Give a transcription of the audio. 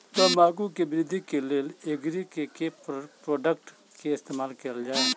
तम्बाकू केँ वृद्धि केँ लेल एग्री केँ के प्रोडक्ट केँ इस्तेमाल कैल जाय?